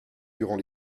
durant